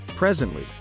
Presently